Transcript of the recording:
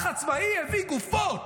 לחץ צבאי הביא גופות.